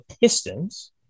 Pistons